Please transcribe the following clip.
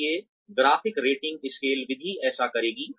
इसलिए graphic rating scale विधि ऐसा करेगी